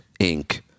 Inc